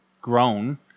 grown